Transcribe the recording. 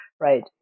right